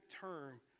term